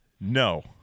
No